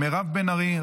מירב בן ארי,